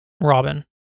Robin